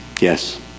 Yes